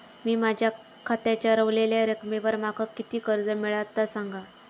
मी माझ्या खात्याच्या ऱ्हवलेल्या रकमेवर माका किती कर्ज मिळात ता सांगा?